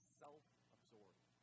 self-absorbed